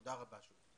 תודה רבה שוב.